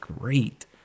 great